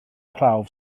prawf